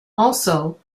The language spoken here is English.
also